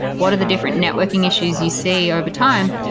what are the different networking issues you see over time?